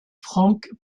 franck